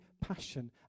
passion